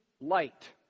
light